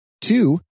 Two